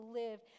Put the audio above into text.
live